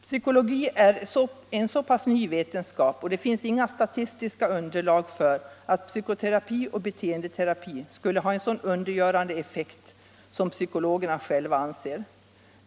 Psykologi är en relativt ny vetenskap, och det finns inga statistiska underlag för att psykoterapi och beteendeterapi skulle ha den undergörande effekt som psykologerna själva anser.